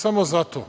samo zato